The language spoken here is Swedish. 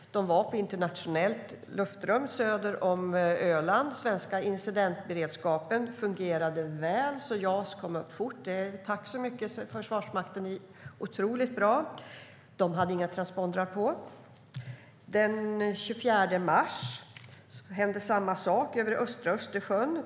De var i internationellt luftrum söder om Öland. Den svenska incidentberedskapen fungerade väl, så Jas kom upp fort. Tack så mycket, Försvarsmakten! Det var otroligt bra. Planen hade inga transpondrar påslagna. Den 24 mars hände samma sak över östra Östersjön.